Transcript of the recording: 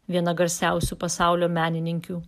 viena garsiausių pasaulio menininkių